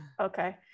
okay